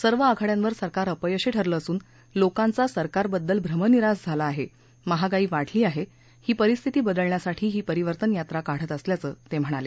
सर्व आघाड्यांवर सरकार अपयशी ठरलं असून लोकांचा सरकारबद्दल भ्रमनिरास झाला आहे महागाई वाढली आहे ही परिस्थिती बदलण्यासाठी ही परिवर्तन यात्रा काढत असल्याचं ते म्हणाले